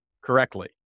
correctly